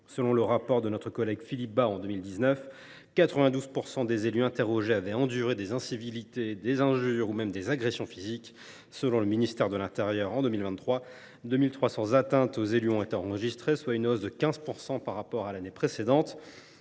en 2019 par notre collègue Philippe Bas, 92 % des élus interrogés avaient enduré des incivilités, des injures ou même des agressions physiques. Selon le ministère de l’intérieur, en 2023, 2 300 atteintes aux élus ont été enregistrées, soit une hausse de 15 % par rapport à l’année précédente.